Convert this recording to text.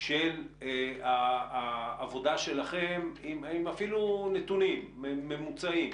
של העבודה שלכם עם אפילו נתונים ממוצעים,